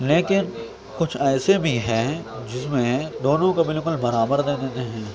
لیکن کچھ ایسے بھی ہیں جس میں دونوں کو بالکل برابر دے دیتے ہیں